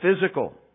physical